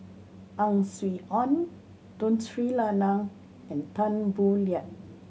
Ang Swee Aun Tun Sri Lanang and Tan Boo Liat